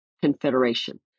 Confederation